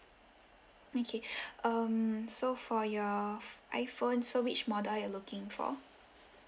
okay um so for your ph~ iphone so which model are you looking for